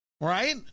right